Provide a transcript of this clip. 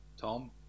Tom